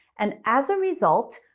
and as a result,